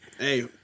hey